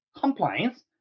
compliance